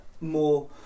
more